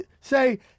say